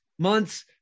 months